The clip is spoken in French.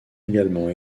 également